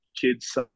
kids